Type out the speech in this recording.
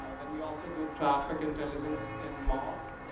um then we also do traffic intelligence in malls.